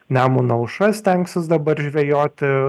nemuno aušra stengsis dabar žvejoti